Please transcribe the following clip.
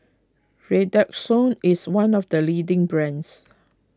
Redoxon is one of the leading brands